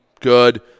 good